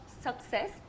success